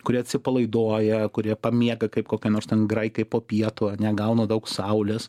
kurie atsipalaiduoja kurie pamiega kaip kokie nors ten graikai po pietų ane gauna daug saulės